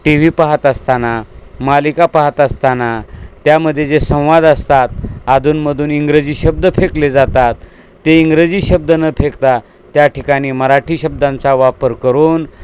T V पाहत असताना मालिका पाहत असताना त्यामध्ये जे संवाद असतात अधूनमधून इंग्रजी शब्द फेकले जातात ते इंग्रजी शब्द न फेकता त्या ठिकाणी मराठी शब्दांचा वापर करून